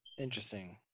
Interesting